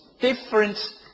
different